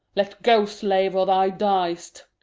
let go, slave, or thou diest!